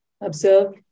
Observe